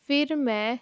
ਫਿਰ ਮੈਂ